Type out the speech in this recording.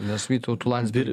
nes vytautu landsbergiu